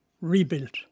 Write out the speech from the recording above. rebuilt